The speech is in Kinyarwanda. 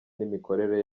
n’imikorere